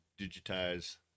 digitize